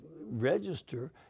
register